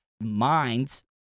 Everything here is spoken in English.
minds